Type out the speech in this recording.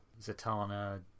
zatanna